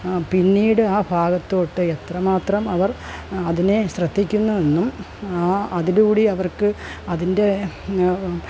പിന്നീട് ആ ഭാഗത്തോട്ട് എത്രമാത്രം അവർ അതിനെ ശ്രദ്ധിക്കുന്നു എന്നും ആ അതിലൂടി അവർക്ക് അതിൻ്റെ